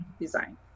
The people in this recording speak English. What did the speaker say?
design